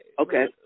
Okay